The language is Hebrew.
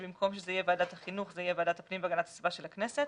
במקום שזה יהיה ועדת החינוך זה יהיה ועדת הפנים והגנת הסביבה של הכנסת.